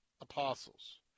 apostles